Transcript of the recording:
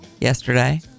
yesterday